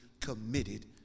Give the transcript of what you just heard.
committed